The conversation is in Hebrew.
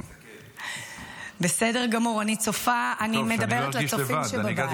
בסדר גמור, אני מדברת לצופים שבבית.